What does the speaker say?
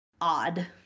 odd